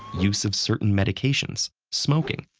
use of certain medications, smoking,